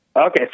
Okay